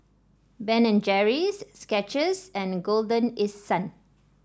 Ben and Jerry's Skechers and Golden East Sun